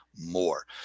more